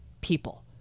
people